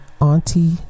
auntie